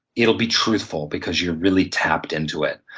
it will be truthful because you're really tapped into it.